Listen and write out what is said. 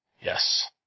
Yes